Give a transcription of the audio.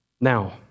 now